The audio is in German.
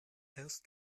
erst